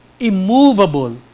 Immovable